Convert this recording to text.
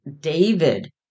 David